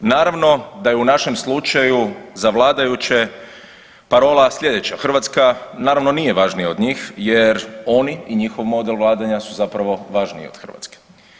Naravno da je u našem slučaju za vladajuće parola slijedeća, Hrvatska naravno nije važnija od njih jer oni i njihov model vladanja su zapravo važniji od Hrvatske.